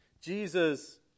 Jesus